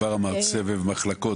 כבר אמרת סבב מחלקות.